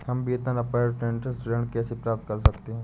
हम वेतन अपरेंटिस ऋण कैसे प्राप्त कर सकते हैं?